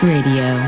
Radio